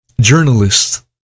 journalist